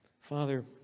Father